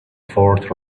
fourth